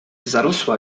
zarosła